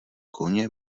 koně